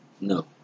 No